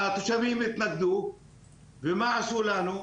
התושבים התנגדו ומה עשו לנו?